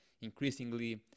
increasingly